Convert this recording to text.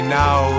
now